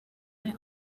they